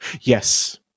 Yes